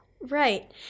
Right